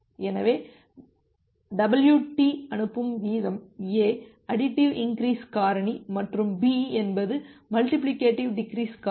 எனவே wt அனுப்பும் வீதம் a அடிட்டிவ் இன்கிரீஸ் காரணி மற்றும் b என்பது மல்டிபிலிகேடிவ் டிகிரிஸ் காரணி